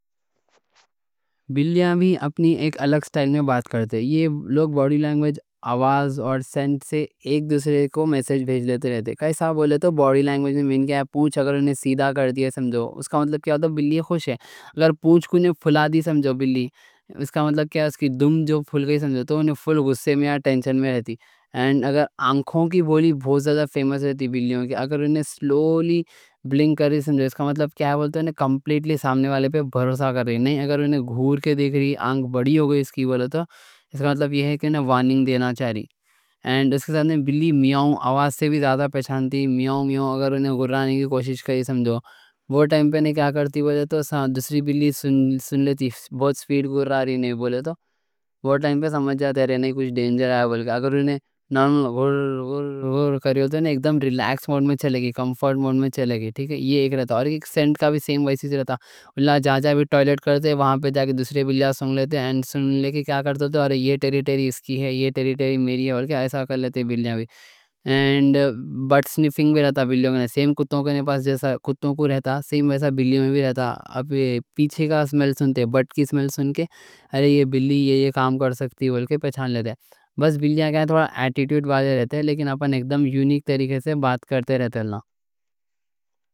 بلیاں بھی اپنی الگ اسٹائل میں بات کرتی رہتی۔ یہ لوگ باڈی لینگویج، آواز اور سنٹ سے ایک دوسرے کو میسج بھیج لیتے رہتے۔ کائیں کوں بولے تو، باڈی لینگویج میں پونچھ اگر سیدھی کر دی تو سمجھو بلی خوش ہے۔ پونچھ کو پھُلا دی، یعنی دم پھول گئی، تو سمجھو غصّے میں اور ٹینشن میں رہتی۔ آنکھوں کی بولی بھی فیمس رہتی بلیوں کی۔ اگر سلولی بلنک کرے تو مطلب سامنے والے پہ کمپلیٹلی بھروسہ کر رہی۔ اور اگر گھور کے دیکھے، آنکھ بڑی ہو جائے، تو مطلب وارننگ دینا چاہتی۔ اس کے ساتھ بلی میاؤں آواز سے بھی پہچانتی، میاؤں میاؤں۔ اگر غرّانے کی کوشش کرے، وہ ٹائم پہ نہیں کہا کرتی بولے تو، دوسری بلی سن لیتی؛ بہت اسپیڈ سے غرّانی نہیں بولتی، وہ ٹائم پہ سمجھ جاتے کہ ڈینجر آیا۔ اور سنٹ کا بھی سیم ویسے ہی رہتا؛ جہاں جہاں ٹائلٹ کرتی، وہاں پہ جا کے دوسری بلیاں سن لیتے کہ کیا کرتے۔ یہ ٹیرِٹری اس کی ہے، یہ ٹیرِٹری میری ہے۔ بٹ سنفنگ بھی رہتا، بلیوں کے لیے سیم کتّوں میں جیسا بلیوں میں بھی رہتا۔ سمیل سن کے بلی یہ کام کر سکتی بولتے، پہچان لیتے۔ بس بلیاں کے تھوڑا ایٹیٹیوڈ رہتا، لیکن ہم ایکدم یونیک طریقے سے بات کرتے رہتے۔